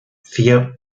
vier